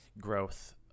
growth